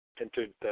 entered